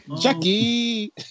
Jackie